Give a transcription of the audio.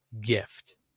gift